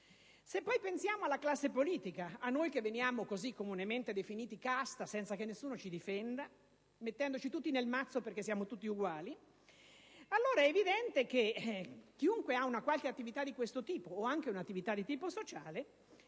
Se poi pensiamo alla classe politica, a noi che veniamo così comunemente definiti "casta" senza che nessuno ci difenda, mettendoci tutti nel mazzo perché siamo tutti uguali, allora è evidente che chiunque ha una qualche attività di questo tipo o anche un'attività con rilevanza sociale